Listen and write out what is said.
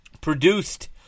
produced